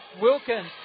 Wilkins